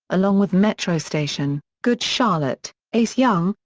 along with metro station, good charlotte, ace young,